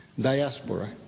Diaspora